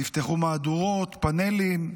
נפתחו מהדורות, פאנלים,